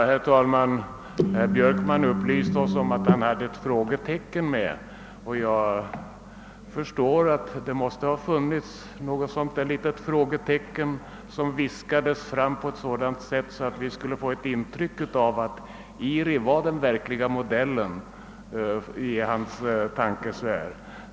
Herr talman! Herr Björkman upplyste oss om att han hade med ett frågetecken, och jag förstår att det måste ha funnits med något litet frågetecken som viskades fram på ett sådant sätt att vi skulle få intryck av att IRI är den verkliga modellen i hans tankesfär!